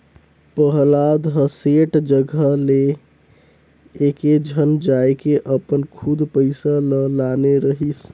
पहलाद ह सेठ जघा ले एकेझन जायके अपन खुद पइसा ल लाने रहिस